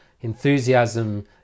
enthusiasm